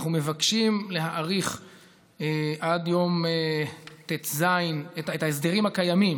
אנחנו מבקשים להאריך את ההסדרים הקיימים,